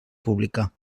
pública